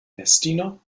messdiener